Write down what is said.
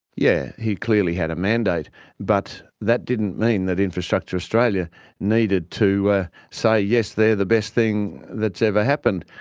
yeah, he clearly had a mandate but that didn't mean that infrastructure australia needed to ah say yes they're the best thing that's ever happened.